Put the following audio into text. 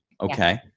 Okay